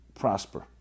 prosper